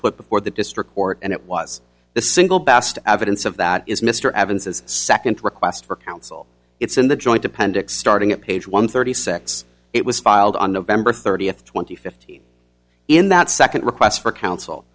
put before the district court and it was the single best evidence of that is mr evans his second request for counsel it's in the joint appendix starting at page one thirty six it was filed on november thirtieth twenty fifty in that second request for counsel